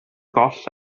goll